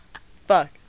Fuck